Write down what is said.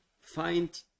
find